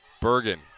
Bergen